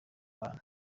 abana